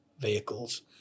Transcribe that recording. vehicles